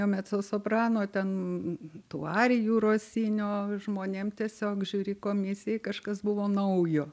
mecosoprano ten tų arijų rosinio žmonėm tiesiog žiuri komisijai kažkas buvo naujo